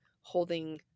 holding